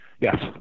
Yes